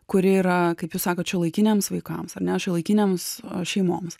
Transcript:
kuri yra kaip jūs sakot šiuolaikiniams vaikams ar ne šiuolaikinėms šeimoms